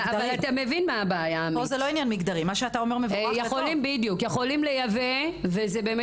מה אתה יכול לעשות בעניין הזה ומתכוון